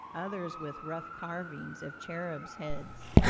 others with rough carvings of cherubs' heads,